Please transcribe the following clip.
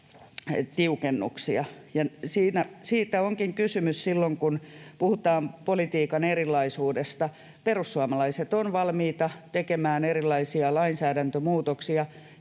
siitä onkin kysymys silloin, kun puhutaan politiikan erilaisuudesta. Perussuomalaiset ovat valmiita tekemään erilaisia lainsäädäntömuutoksia,